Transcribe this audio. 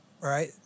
right